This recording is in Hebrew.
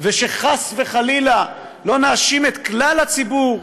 ושחס וחלילה לא נאשים את כלל הציבור,